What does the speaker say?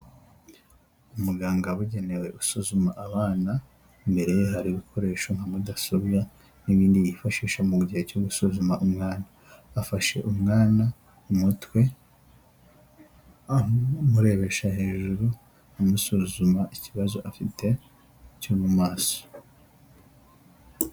Umuganga wabugenewe usuzuma abana, imbere ye hari ibikoresho nka mudasobwa n'ibindi yifashisha mu gihe cyo gusuzuma umwana, afashe umwana umutwe amurebesha hejuru amusuzuma ikibazo afite cyo mu maso.